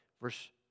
Verse